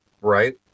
right